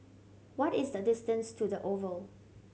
what is the distance to The Oval